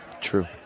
True